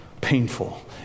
painful